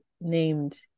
named